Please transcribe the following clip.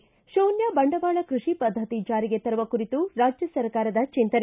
ಿ ಶೂನ್ಯ ಬಂಡವಾಳ ಕೃಷಿ ಪದ್ಧತಿ ಜಾರಿಗೆ ತರುವ ಕುರಿತು ರಾಜ್ಯ ಸರ್ಕಾರದ ಚಿಂತನೆ